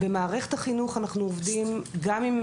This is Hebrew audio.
במערכת החינוך אנחנו עובדים גם עם